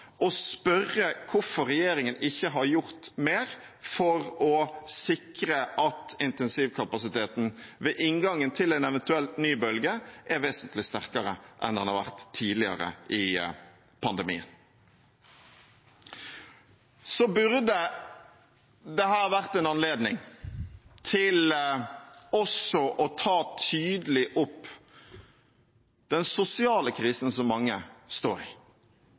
å spørre hvorfor regjeringen ikke har gjort mer for å sikre at intensivkapasiteten ved inngangen til en eventuell ny bølge er vesentlig sterkere enn den har vært tidligere i pandemien. Dette burde vært en anledning til også å ta tydelig opp den sosiale krisen som mange står